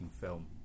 film